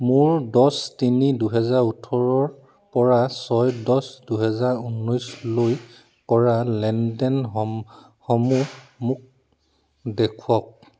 মোৰ দহ তিনি দুহেজাৰ ওঠৰৰ পৰা ছয় দছ দুহেজাৰ ঊনৈছলৈ লৈ কৰা লেনদেনসমূহ মোক দেখুৱাওক